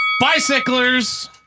bicyclers